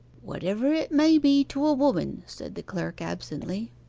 whatever it may be to a woman said the clerk absently.